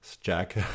Jack